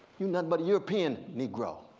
you nothing but a european negro.